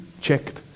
checked